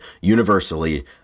universally